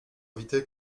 éviter